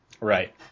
Right